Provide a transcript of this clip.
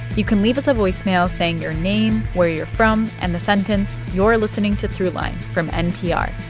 you can leave us a voicemail saying your name, where you're from and the sentence you're listening to throughline from npr,